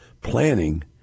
planning